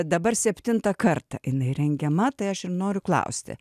dabar septintą kartą jinai rengiama tai aš ir noriu klausti